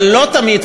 אבל לא תמיד,